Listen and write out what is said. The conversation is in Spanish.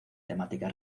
temática